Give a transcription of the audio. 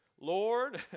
Lord